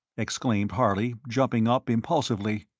exclaimed harley, jumping up impulsively,